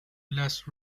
last